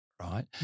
right